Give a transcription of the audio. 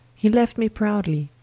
he left me proudly,